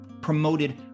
promoted